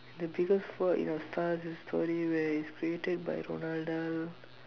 the biggest fault in our stars is a story where it's created by